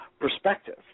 perspective